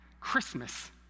Christmas